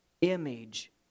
image